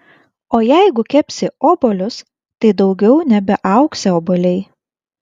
o jeigu kepsi obuolius tai daugiau nebeaugsią obuoliai